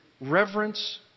reverence